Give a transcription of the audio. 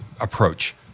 approach